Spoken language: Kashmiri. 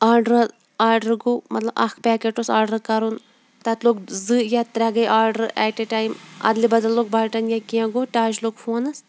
آڈَرٛل آرڈَر گوٚو مطلب اَکھ پیکٮ۪ٹ اوس آرڈَر کَرُن تَتہِ لوٚگ زٕ یا ترٛےٚ گٔے آرڈَر ایٹ اےٚ ٹایم اَدلہِ بدل لوٚگ بَٹَن یا کینٛہہ گوٚو ٹَچ لوٚگ فونَس